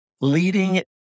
leading